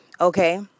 Okay